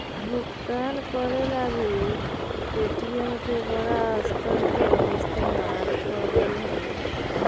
भुगतान करे ला भी पे.टी.एम के बड़ा स्तर पर इस्तेमाल करा हई